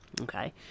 okay